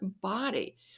body